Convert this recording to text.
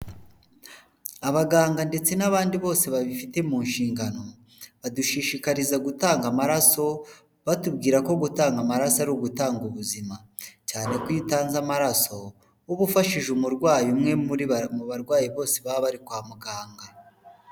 Abaganga ndetse n'abandi bose babifite mu nshingano, badushishikariza gutanga amaraso, batubwira ko gutanga amaraso ari ugutanga ubuzima, cyane ko iyo utanze amaraso uba ufashije umurwayi umwe mu barwayi bose baba bari kwa muganga.